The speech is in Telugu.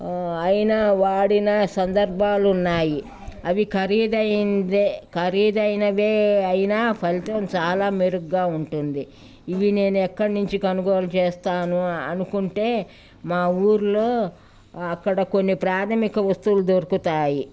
అయినా వాడిన సందర్భాలున్నాయి అవి ఖరీదైందే ఖరీదైనవే అయినా ఫలితం చాలా మెరుగ్గా ఉంటుంది ఇవి నేను ఎక్కడి నుంచి కొనుగోలు చేస్తాను అనుకుంటే మా ఊర్లో అక్కడ కొన్ని ప్రాథమిక వస్తువులు దొరుకుతాయి